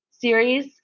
series